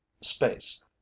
space